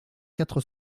quatre